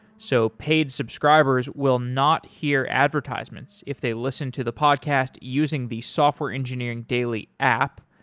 so paid subscribers will not hear advertisements if they listen to the podcast using the software engineering daily app.